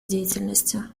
деятельности